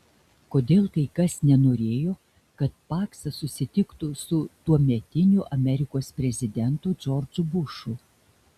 kodėl kai kas nenorėjo kad paksas susitiktų su tuometiniu amerikos prezidentu džordžu bušu